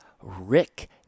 Rick